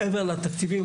מעבר לתקציבים,